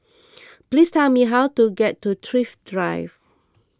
please tell me how to get to Thrift Drive